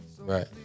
Right